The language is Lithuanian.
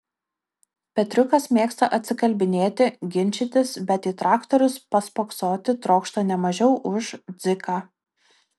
petriukas mėgsta atsikalbinėti ginčytis bet į traktorius paspoksoti trokšta ne mažiau už dziką